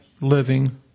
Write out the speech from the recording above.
living